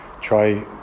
try